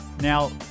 Now